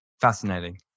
Fascinating